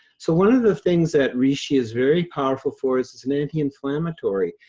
so one of the things that reishi is very powerful for is as an anti-inflammatory.